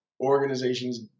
Organizations